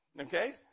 Okay